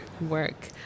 Work